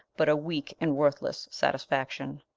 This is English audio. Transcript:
but a weake and worthlesse satisfaction.